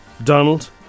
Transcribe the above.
Donald